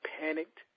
panicked